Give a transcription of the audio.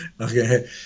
Okay